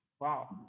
Wow